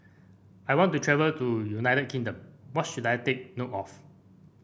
I want to travel to United Kingdom what should I take note of